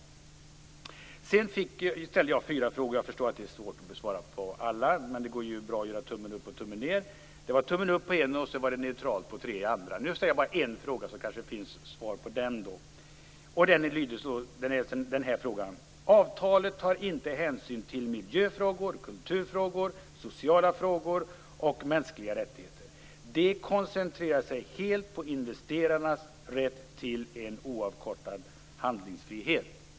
Jag ställde fyra frågor. Jag förstår att det är svårt att hinna svara på alla, men det går ju bra att göra tummen upp eller tummen ned. Det var tummen upp på en av mina frågor och neutralt på de tre andra. Nu ställer jag bara en fråga, så kanske jag får ett svar på den. Avtalet tar inte hänsyn till miljöfrågor, kulturfrågor, sociala frågor och mänskliga rättigheter. Det koncentrerar sig helt på investerarnas rätt till en oavkortad handlingsfrihet.